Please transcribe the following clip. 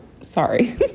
sorry